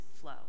flow